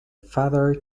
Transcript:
father